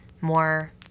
more